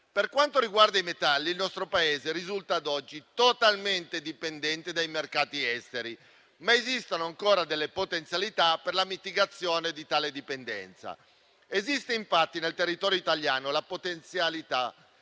Per quanto riguarda i metalli, il nostro Paese risulta ad oggi totalmente dipendente dai mercati esteri, ma esistono ancora delle potenzialità per la mitigazione di tale dipendenza. Esiste infatti nel territorio italiano la potenziale